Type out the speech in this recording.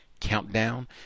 countdown